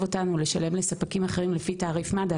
אותנו לשלם לספקים אחרים לפי תעריף מד"א,